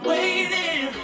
Waiting